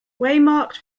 waymarked